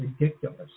ridiculous